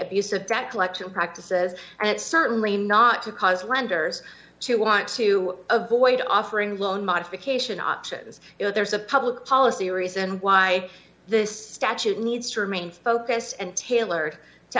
abusive debt collection practices and it's certainly not to cause lenders to want to avoid offering loan modification options you know there's a public policy reason why this statute needs to remain focused and tailored to